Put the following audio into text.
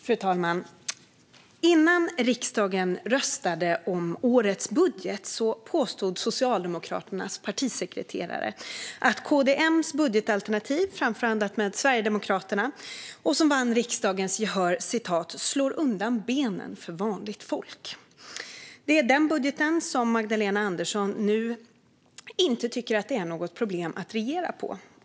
Fru talman! Innan riksdagen röstade om årets budget påstod Socialdemokraternas partisekreterare att KD-M:s budgetalternativ, som framförhandlats med Sverigedemokraterna och som vann riksdagens gehör, kommer att "slå undan benen för vanligt folk". Det är den budgeten som Magdalena Andersson nu inte tycker att det är något problem att regera på.